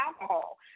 alcohol